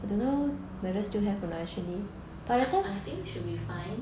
I I think should be fine